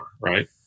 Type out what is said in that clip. right